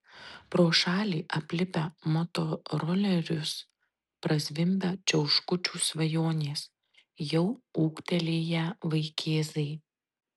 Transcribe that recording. pro šalį aplipę motorolerius prazvimbia čiauškučių svajonės jau ūgtelėję vaikėzai